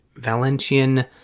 valentian